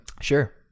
Sure